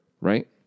right